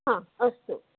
हा अस्तु